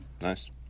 Nice